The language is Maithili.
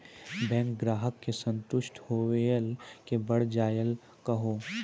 बैंक ग्राहक के संतुष्ट होयिल के बढ़ जायल कहो?